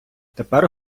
тепер